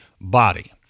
body